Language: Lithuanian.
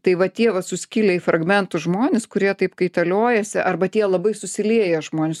tai va tie va suskilę į fragmentus žmonės kurie taip kaitaliojasi arba tie labai susilieję žmonės